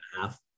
half